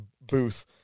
booth